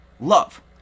love